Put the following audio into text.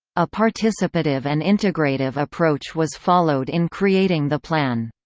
a participative and integrative approach was followed in creating the plan.